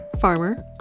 farmer